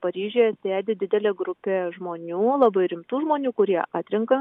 paryžiuje sėdi didelė grupė žmonių labai rimtų žmonių kurie atrenka